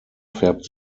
färbt